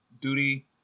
duty